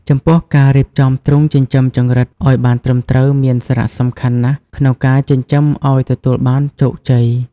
ចំពោះការរៀបចំទ្រុងចិញ្ចឹមចង្រិតឱ្យបានត្រឹមត្រូវមានសារៈសំខាន់ណាស់ក្នុងការចិញ្ចឹមឱ្យទទួលបានជោគជ័យ។